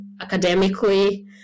academically